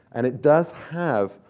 and it does have,